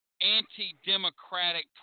anti-democratic